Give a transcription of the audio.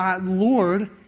Lord